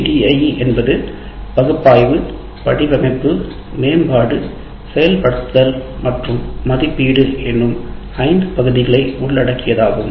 ADDIE என்பது பகுப்பாய்வு வடிவமைப்பு மேம்பாடு செயல்படுத்துதல் மற்றும் மதிப்பீட்டு எனும் ஐந்து பகுதிகளை உள்ளடக்கியதாகும்